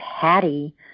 Patty